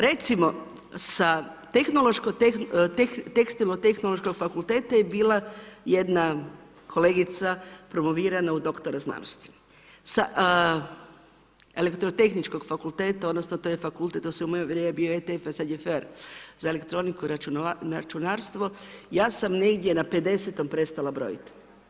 Recimo sa tehnološko, sa tekstilno tehnološkog fakulteta je bila jedna kolegica promovirana u doktore znanosti sa elektrotehničkog fakulteta, odnosno, to je fakultet, to se u moje vrijeme bio … sada je FER za elektroniku i računarstvu, ja sam negdje na 50 prestala brojiti.